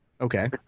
Okay